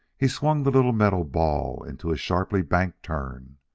he swung the little metal ball into a sharply-banked turn.